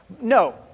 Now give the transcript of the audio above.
No